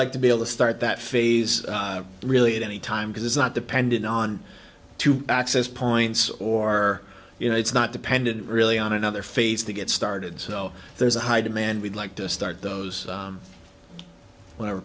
like to be able to start that phase really at any time because it's not dependent on two access points or you know it's not dependent really on another phase to get started so there's a high demand we'd like to start those whenever